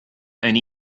and